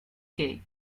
cake